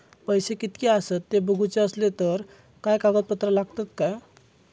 पैशे कीतके आसत ते बघुचे असले तर काय कागद पत्रा लागतात काय?